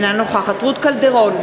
אינה נוכחת רות קלדרון,